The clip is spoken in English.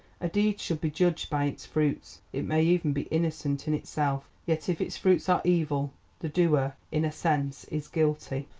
a deed should be judged by its fruits it may even be innocent in itself, yet if its fruits are evil the doer in a sense is guilty.